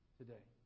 today